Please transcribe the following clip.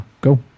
go